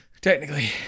Technically